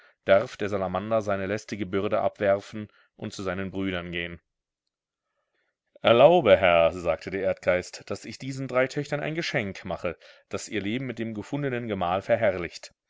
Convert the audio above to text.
darf der salamander seine lästige bürde abwerfen und zu seinen brüdern gehen erlaube herr sagte der erdgeist daß ich diesen drei töchtern ein geschenk mache das ihr leben mit dem gefundenen gemahl verherrlicht